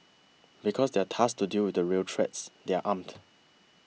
because they are tasked to deal with real threats they are armed